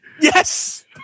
Yes